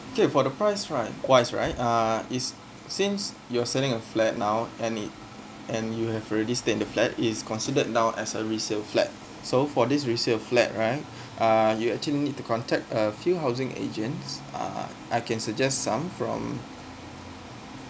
okay for the price right wise right uh is since you're selling a flat now and it and you have already stayed in the flat is considered now as a resale flat so for this resale flat right uh you actually need to contact a few housing agents uh I can suggest some from